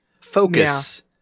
focus